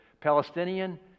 Palestinian